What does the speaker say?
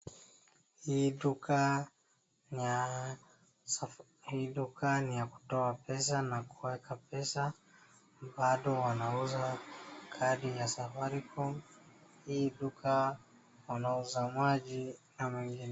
Hii duka ni ya kutoa pesa na kuweka pesa; bado wanausa kadi ya Safaricom. Hii duka wanauza maji na mengine.